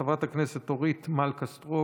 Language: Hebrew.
חברת הכנסת אורית מלכה סטרוק,